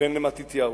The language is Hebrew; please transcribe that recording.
בן מתתיהו.